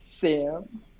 Sam